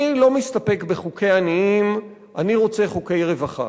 אני לא מסתפק בחוקי עניים, אני רוצה חוקי רווחה.